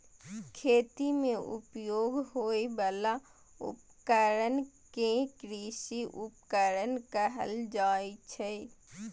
खेती मे उपयोग होइ बला उपकरण कें कृषि उपकरण कहल जाइ छै